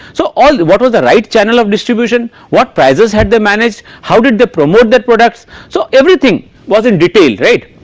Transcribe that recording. so all what was the right channel of distribution what prices had they managed how did they promote that products so everything was in detail right,